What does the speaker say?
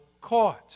court